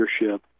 leadership